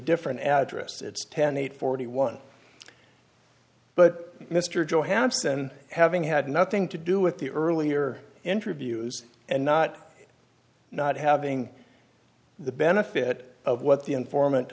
different address it's ten eight forty one but mr johansen having had nothing to do with the earlier interviews and not not having the benefit of what the informant